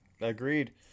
Agreed